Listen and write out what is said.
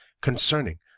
concerning